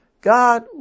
God